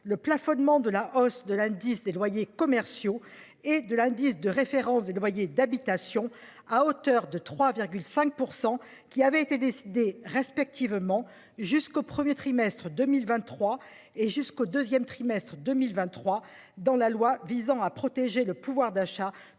le plafonnement de la hausse de l'indice des loyers commerciaux et de l'indice de référence des loyers d'habitation, qui avaient été décidés, respectivement, jusqu'au premier trimestre 2023 et jusqu'au deuxième trimestre 2023, dans le projet de loi portant